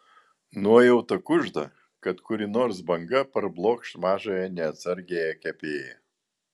nuojauta kužda kad kuri nors banga parblokš mažąją neatsargiąją kepėją